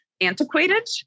antiquated